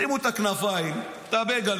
ישימו את הכנפיים, את הבייגלה,